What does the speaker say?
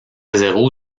zéro